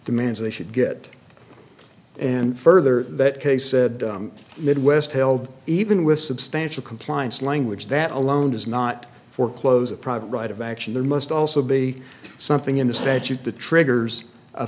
demands they should get and further that case said midwest held even with substantial compliance language that alone does not foreclose a private right of action there must also be something in the statute the triggers